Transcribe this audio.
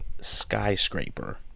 skyscraper